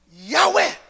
Yahweh